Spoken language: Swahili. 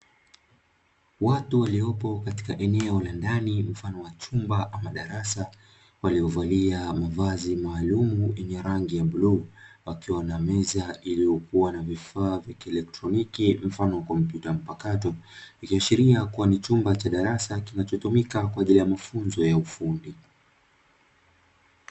Watu waliopo katika eneo la ndani mfano wa chumba ama darasa waliovalia mavazi maalum yenye rangi ya bluu, wakiwa na meza iliyokuwa na vifaa vya elektroniki mfano wa kompyuta mpakato, ikiashiria kuwa ni chumba cha darasa kinachotumika kwa ajili ya mafunzo ya ufundi.